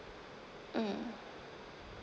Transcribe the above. mm